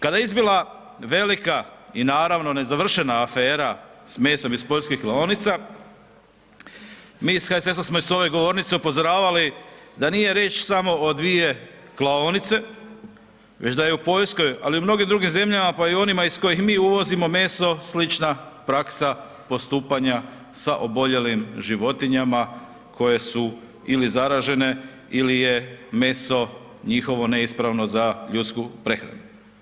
Kada je izbila velika i naravno nezavršena afera s mesom iz poljskih klaonica, mi smo iz HSS-a smo i s ove govornice upozoravali da nije riječ samo o 2 klaonice, već da je u Poljskoj ali i u mnogim drugim zemljama pa i u onima iz kojih mi uvozimo meso slična praksa postupanja sa oboljelim životinjama koje su ili zaražene ili je meso njihovo neispravno za ljudsku prehranu.